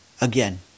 again